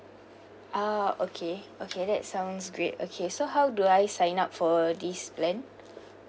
ah okay okay that sounds great okay so how do I sign up for this plan